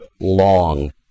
long